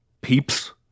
peeps